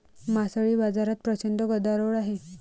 मासळी बाजारात प्रचंड गदारोळ आहे